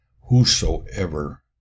whosoever